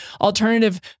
alternative